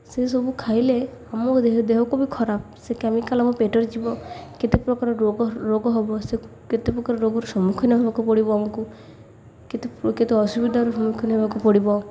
ସେସବୁ ଖାଇଲେ ଆମ ଦେହ ଦେହକୁ ବି ଖରାପ ସେ କେମିକାଲ୍ ଆମ ପେଟରେ ଯିବ କେତେ ପ୍ରକାର ରୋଗ ରୋଗ ହେବ ସେ କେତେ ପ୍ରକାର ରୋଗର ସମ୍ମୁଖୀନ ହେବାକୁ ପଡ଼ିବ ଆମକୁ କେତେ କେତେ ଅସୁବିଧାର ସମ୍ମୁଖୀନ ହେବାକୁ ପଡ଼ିବ